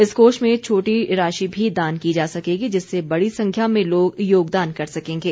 इस कोष में छोटी राशि भी दान दी जा सकेगी जिससे बड़ी संख्या में लोग योगदान कर सकेंगे